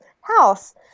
house